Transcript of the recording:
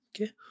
Okay